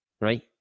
right